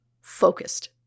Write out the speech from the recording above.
focused